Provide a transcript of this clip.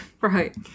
Right